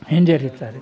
ಹಿಂಜರೀತಾರೆ